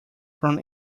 from